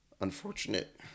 unfortunate